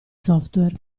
software